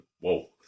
Whoa